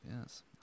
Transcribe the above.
Yes